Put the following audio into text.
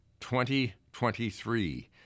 2023